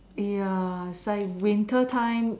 ya it's like winter time